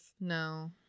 No